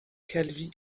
calvi